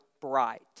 bright